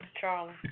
Charlie